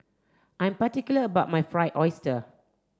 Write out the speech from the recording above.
I'm particular about my fried oyster